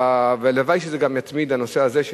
והלוואי שזה גם יתמיד הנושא הזה,